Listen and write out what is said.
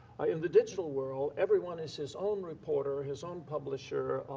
in the digital world, everyone is his own reporter, his own publisher.